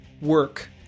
work